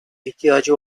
ihtiyacı